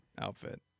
outfit